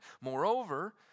Moreover